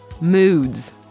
Moods